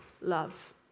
love